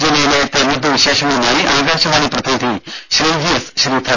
ജില്ലയിലെ തിരഞ്ഞെടുപ്പ് വിശേഷങ്ങളുമായി ആകാശവാണി പ്രതിനിധി ശ്രീജി എസ് ശ്രീധർ